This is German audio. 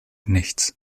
nichts